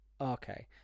Okay